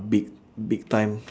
big big tongue